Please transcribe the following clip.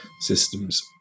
systems